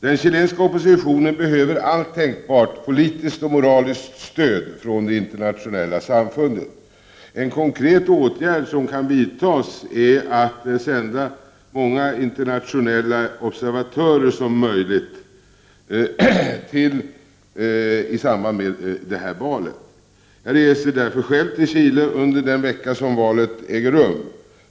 Den chilenska oppositionen behöver allt tänkbart politiskt och moraliskt stöd från det internationella samfundet. En konkret åtgärd som kan vidtas är att sända så många internationella observatörer som möjligt i samband med valet. Jag reser därför själv till Chile under den vecka som valet äger rum.